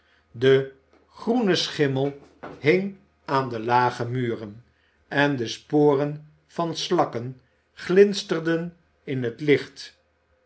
de groene schimmei hing aan de lage muren en de sporen van slakken glinsterden in het licht